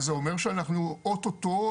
זה אומר שאנחנו אוטוטו,